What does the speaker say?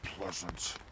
pleasant